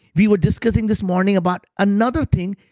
we were discussing this morning about another thing,